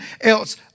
else